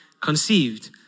conceived